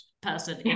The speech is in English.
person